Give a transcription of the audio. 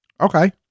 Okay